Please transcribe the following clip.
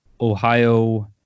Ohio